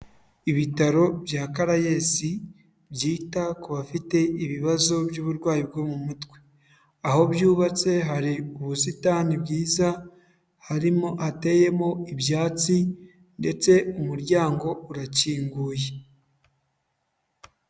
Ibitaro bya karayesi byita ku bafite ibibazo by'uburwayi bwo mu mutwe, aho byubatse hari ubusitani bwiza harimo ateyemo ibyatsi ndetse umuryango urakinguye.